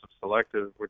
selective